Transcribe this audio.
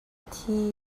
thi